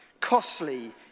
costly